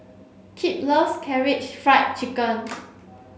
Kipp loves Karaage Fried Chicken